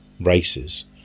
races